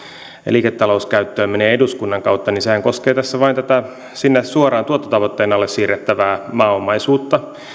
liiketalouskäyttöön menevät eduskunnan kautta niin sehän koskee tässä vain sinne suoraan tuottotavoitteen alle siirrettävää maaomaisuutta